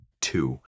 two